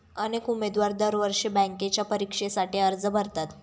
अनेक उमेदवार दरवर्षी बँकेच्या परीक्षेसाठी अर्ज भरतात